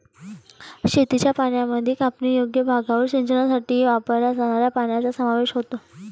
शेतीच्या पाण्यामध्ये कापणीयोग्य भागावर सिंचनासाठी वापरल्या जाणाऱ्या पाण्याचा समावेश होतो